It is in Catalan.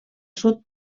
sud